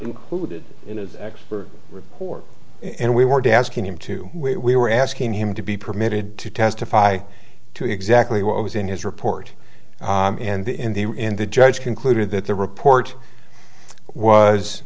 included in his actual report and we weren't asking him to we were asking him to be permitted to testify to exactly what was in his report and in the end the judge concluded that the report was